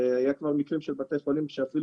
כי כדי להוציא את העדכון של הנוהל הזה באמת כינסנו שלוש